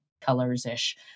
colors-ish